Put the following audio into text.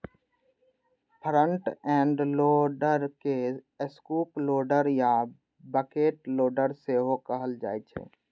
front end loader के scoop loader या bucket loader सेहो कहल जाइ छै